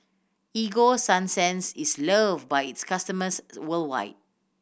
Ego Sunsense is loved by its customers worldwide